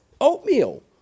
oatmeal